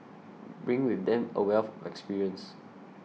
bring with them a wealth of experience